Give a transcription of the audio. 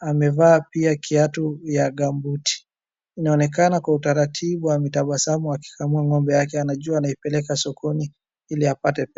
amevaa pia kiatu ya gambuti. Inaonekana kwa utaratibu anatabasamu akikamua ng'ombe yake anajua anaipeleka sokoni ili apate pesa.